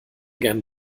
gern